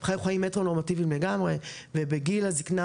הם חיו חיים מטרו-נורמטיביים לגמרי ובגיל הזקנה